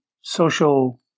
social